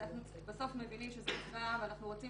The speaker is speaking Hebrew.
בסוף אנחנו מבינים שזה -- -ואנחנו רוצים